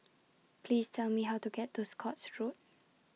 Please Tell Me How to get to Scotts Road